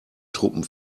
truppen